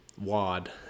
wad